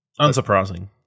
Unsurprising